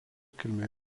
kilmė